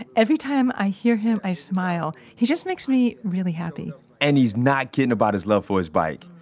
and every time i hear him, i smile. he just makes me really happy and he's not kidding about his love for his bike.